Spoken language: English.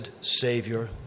Savior